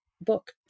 book